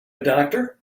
doctor